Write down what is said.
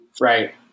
right